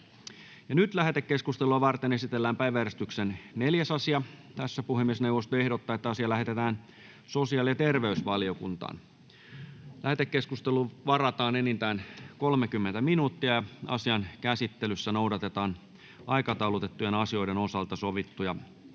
Lähetekeskustelua varten esitellään päiväjärjestyksen 4. asia. Puhemiesneuvosto ehdottaa, että asia lähetetään sosiaali- ja terveysvaliokuntaan. Lähetekeskusteluun varataan enintään 30 minuuttia. Asian käsittelyssä noudatetaan aikataulutettujen asioiden osalta sovittuja